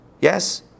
Yes